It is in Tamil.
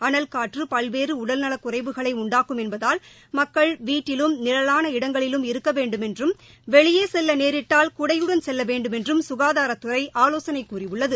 அனல் காற்றுபல்வேறுஉடல்நலக்குறைவுகளைஉண்டாக்கும் என்பதால் மக்கள் வீட்டிலும் நிழலாள இடங்களிலும் இருக்கவேண்டுமென்றும் வெளியேசெல்வநேரிட்டால் குடையுடன் செல்லவேண்டுமென்றும் சுகாதாரத்துறைஆவோசனைகூறியுள்ளது